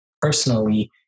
personally